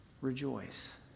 Rejoice